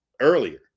earlier